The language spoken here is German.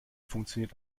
funktioniert